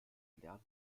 lernen